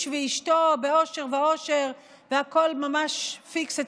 ואשתו באושר ועושר והכול ממש פיקס אצלם,